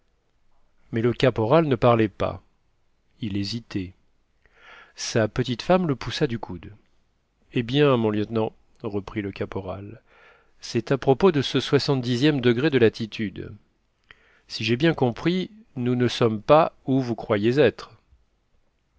mais le caporal ne parlait pas il hésitait sa petite femme le poussa du coude eh bien mon lieutenant reprit le caporal c'est à propos de ce soixante dixième degré de latitude si j'ai bien compris nous ne sommes pas où vous croyiez être